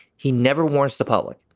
he never wants the public.